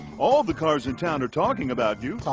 all the cars in town are talking about you,